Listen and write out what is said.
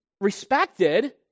respected